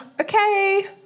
Okay